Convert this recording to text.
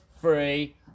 free